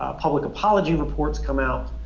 ah public apology reports come out.